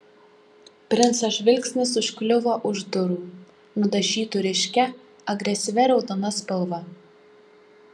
princo žvilgsnis užkliuvo už durų nudažytų ryškia agresyvia raudona spalva